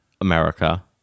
America